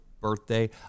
birthday